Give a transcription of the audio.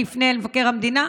אני אפנה אל מבקר המדינה.